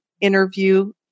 interview